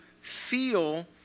feel